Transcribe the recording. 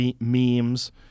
memes